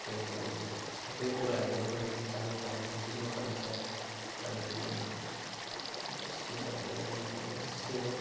so थुप्रै कुराहरू पनि जान्नु पाइन्छ सिक्नु पाइन्छ अनि सिक्नु पाइन्छ जान्नु पाइन्छ त्यस्तै हो